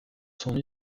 son